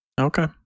Okay